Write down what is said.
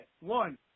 One